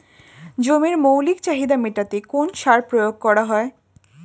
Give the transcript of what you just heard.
জমির মৌলিক চাহিদা মেটাতে কোন সার প্রয়োগ করা হয়?